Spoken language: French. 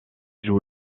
joue